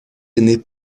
aîné